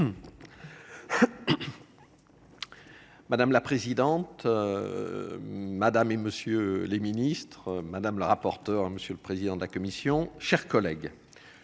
Madame la présidente. Madame et monsieur les ministres, madame la rapporteur, monsieur le président de la commission, chers collègues.